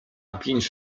więc